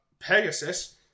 Pegasus